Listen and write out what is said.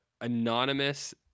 anonymous